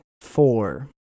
Four